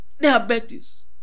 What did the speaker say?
diabetes